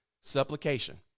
supplication